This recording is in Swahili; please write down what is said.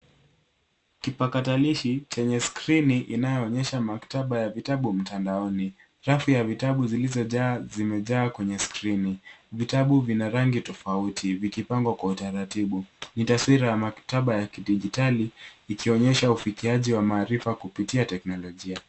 Kipakatalishi chenye skrini inayoonyesha maktaba ya vitabu mtandaoni. Rafu ya vitabu zilizojaa zimejaa kwenye skirini. Vitabu vina rangi tofauti, vikipangwa kwa utaratibu. Ni taswira ya maktaba ya kidijitali, ikionyesha ufikiaji wa maarifa kupitia teknolojia.